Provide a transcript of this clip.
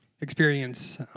experience